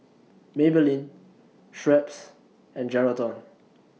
Maybelline Schweppes and Geraldton